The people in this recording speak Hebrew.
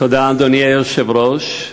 אדוני היושב-ראש,